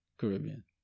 Caribbean